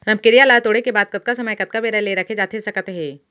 रमकेरिया ला तोड़े के बाद कतका समय कतका बेरा ले रखे जाथे सकत हे?